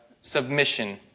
submission